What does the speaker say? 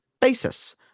basis